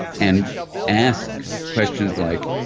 and ask questions like,